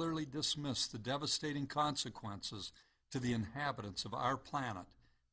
cavalierly dismiss the devastating consequences to the inhabitants of our planet